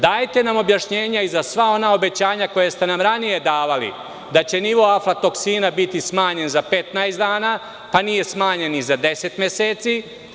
Dajte nam objašnjenja i za sva ona obećanja koja ste nam ranije davali, da će nivo aflatoksina biti smanjen za 15 dana, pa nije smanjen ni za deset meseci.